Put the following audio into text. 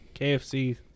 KFC